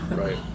right